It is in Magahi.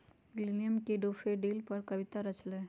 विलियम ने डैफ़ोडिल पर कविता रच लय है